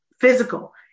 physical